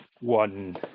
one